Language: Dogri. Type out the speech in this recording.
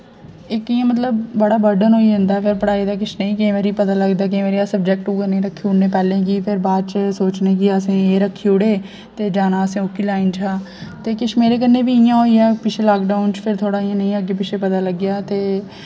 इ'यां मतलब बड़ा बर्डन होई जंदा पढ़ाई दा किश नेईं केई बारी पता लगदा केई बारी अस सब्जेक्ट उए ने रक्खी ओड़ने आं पैह्ले फिर बाच सोचने कि असें एह् रक्खी ओड़े ते जाना असें ओह्कड़ी लाइन च हा ते किश मेरे कन्नै बी इ'यां होई जा पिचछे लाकडाउन च फिर थोह्ड़ा अग्गे पिच्छे पता लग्गेआ ते